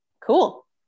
Cool